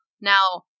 Now